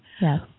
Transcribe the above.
Yes